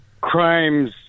crimes